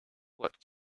what